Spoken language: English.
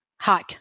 hot